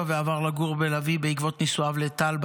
ועבר לגור בלביא בעקבות נישואיו לטל,